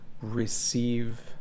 receive